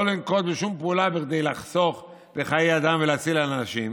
לא לנקוט בשום פעולה כדי לחסוך בחיי אדם ולהציל אנשים,